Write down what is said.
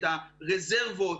את הרזרבות,